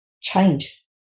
change